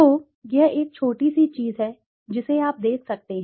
तो यह एक छोटी सी चीज है जिसे आप देख सकते हैं